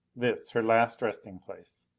this, her last resting place.